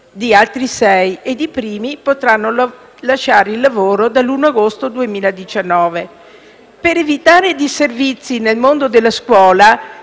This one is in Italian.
Grazie